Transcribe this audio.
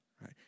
right